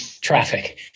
traffic